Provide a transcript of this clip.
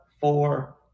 four